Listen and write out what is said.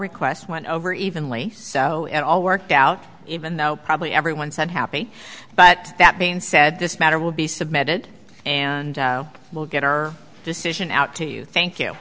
request went over evenly so it all worked out even though probably everyone said happy but that being said this matter will be submitted and we'll get our decision out to you thank you